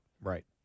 Right